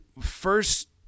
first